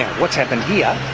what's happened here